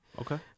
Okay